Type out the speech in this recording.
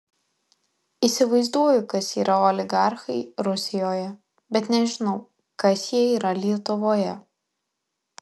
įsivaizduoju kas yra oligarchai rusijoje bet nežinau kas jie yra lietuvoje